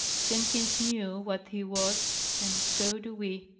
jenkins knew what he was and so do we.